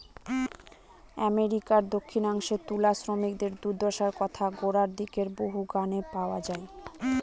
আমেরিকার দক্ষিনাংশে তুলা শ্রমিকদের দূর্দশার কথা গোড়ার দিকের বহু গানে পাওয়া যায়